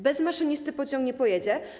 Bez maszynisty pociąg nie pojedzie.